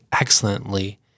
excellently